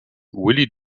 willie